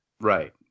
Right